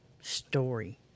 story